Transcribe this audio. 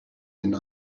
deny